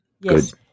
Yes